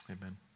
Amen